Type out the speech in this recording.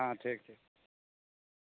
हँ ठीक